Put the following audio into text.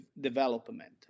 development